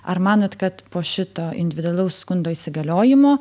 ar manot kad po šito individualaus skundo įsigaliojimo